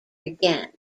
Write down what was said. again